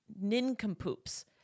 nincompoops